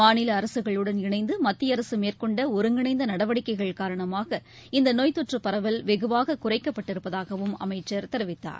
மாநிலஅரசுகளுடன் இணைந்துமத்தியஅரசுமேற்கொண்டஒருங்கிணைந்தநடவடிக்கைகள் காரணமாக இந்தநோய் தொற்றுபரவல் வெகுவாககுறைக்கப்பட்டிருப்பதாகவும் அமைச்சர் தெரிவித்தார்